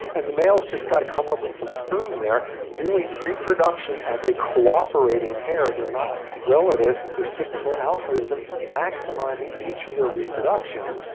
and the male's just got to come up with some sperm there. doing to reproduction as a cooperating pair, they're not relatives. reciprocal altruism, maximizing each of their reproductions.